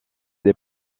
des